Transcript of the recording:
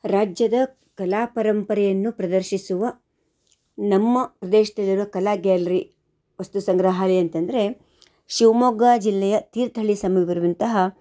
ರಾಜ್ಯದ ಕಲಾ ಪರಂಪರೆಯನ್ನು ಪ್ರದರ್ಶಿಸುವ ನಮ್ಮ ದೇಶ್ದಲ್ಲಿರೋ ಕಲಾ ಗ್ಯಾಲ್ರಿ ವಸ್ತುಸಂಗ್ರಹಾಲಯ ಅಂತಂದರೆ ಶಿವಮೊಗ್ಗ ಜಿಲ್ಲೆಯ ತೀರ್ಥಹಳ್ಳಿ ಸಮೀಪ ಇರುವಂತಹ